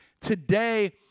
today